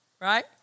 Right